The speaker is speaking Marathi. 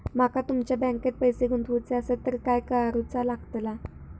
माका तुमच्या बँकेत पैसे गुंतवूचे आसत तर काय कारुचा लगतला?